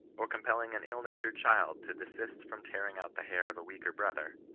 or compelling an ill-natured child to desist from tearing out the hair of a weaker brother,